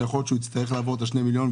שיכול להיות שהוא יצטרך לעבור שני מיליון?